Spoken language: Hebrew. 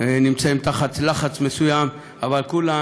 נמצאים תחת לחץ מסוים, אבל כולם